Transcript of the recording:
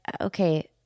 okay